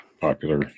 popular